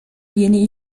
yeni